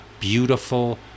beautiful